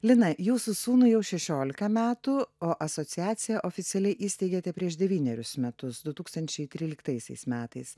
lina jūsų sūnui jau šešiolika metų o asociaciją oficialiai įsteigėte prieš devynerius metus du tūkstančiai tryliktaisiais metais